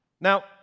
Now